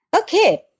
Okay